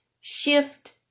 shift